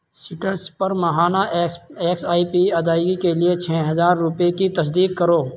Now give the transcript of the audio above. سٹرس پر ماہانہ S S I P ادائیگی کے لیے چھ ہزار روپئے کی تصدیق کرو